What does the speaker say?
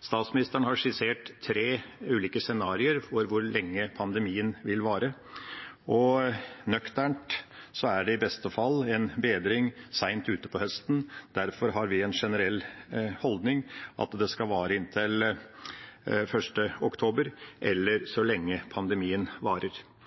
Statsministeren har skissert tre ulike scenarioer for hvor lenge pandemien vil vare, og nøkternt er det i beste fall en bedring sent utpå høsten. Derfor har vi en generell holdning om at det skal vare inntil 1. oktober, eller så lenge pandemien varer.